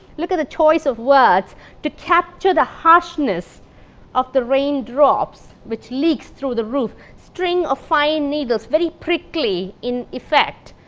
look at the choice of words to capture the harshness of the raindrops which leaks through the roof, string of fine needles, very prickly in effect,